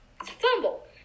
fumble